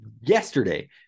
yesterday